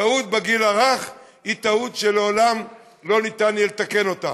טעות בגיל הרך היא טעות שלעולם לא ניתן יהיה לתקן אותה.